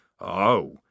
Oh